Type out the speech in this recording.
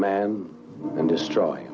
man and destroy